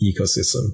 ecosystem